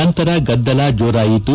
ನಂತರ ಗದ್ದಲ ಜೋರಾಯಿತು